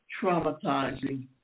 traumatizing